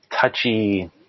touchy